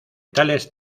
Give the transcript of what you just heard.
tales